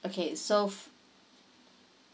okay so